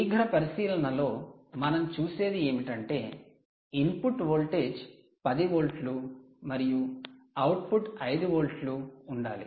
శీఘ్ర పరిశీలనలో మనం చూసేది ఏమిటి అంటే ఇన్పుట్ వోల్టేజ్ 10 వోల్ట్లు మరియు అవుట్పుట్ 5 వోల్ట్లు ఉండాలి